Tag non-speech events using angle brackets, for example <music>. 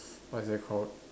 <noise> what is that called